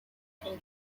from